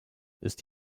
ist